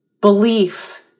belief